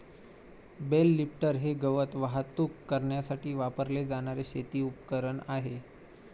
bell lifter हे गवत वाहतूक करण्यासाठी वापरले जाणारे शेती उपकरण आहे